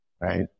right